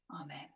Amen